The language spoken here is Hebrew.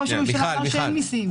ראש הממשלה אמר שאין מיסים.